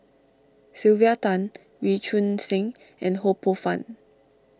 Sylvia Tan Wee Choon Seng and Ho Poh Fun